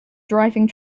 driving